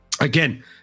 again